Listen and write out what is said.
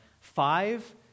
five